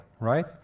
right